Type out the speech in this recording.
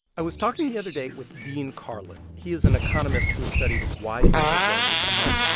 i was talking the other day with dean karlan. he is an economist who has studied why people donate money.